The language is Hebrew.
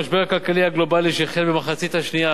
המשבר הכלכלי הגלובלי שהחל במחצית השנייה